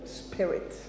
spirit